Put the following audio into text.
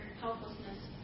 helplessness